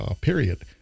period